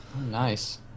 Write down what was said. Nice